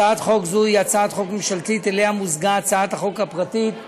לקריאה שנייה וקריאה שלישית.